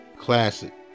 classic